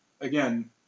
again